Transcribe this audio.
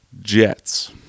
Jets